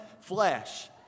flesh